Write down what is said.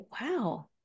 wow